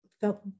felt